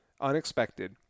Unexpected